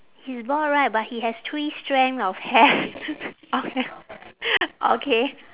he's bald right but he has three strand of hair okay